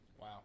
Wow